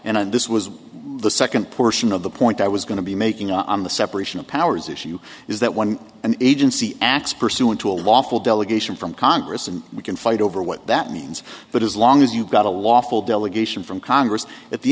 fact and this was the second portion of the point i was going to be making on the separation of powers issue is that one an agency acts pursuant to a lawful delegation from congress and we can fight over what that means but as long as you got a lawful delegation from congress at the